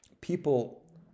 people